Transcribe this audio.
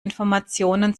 informationen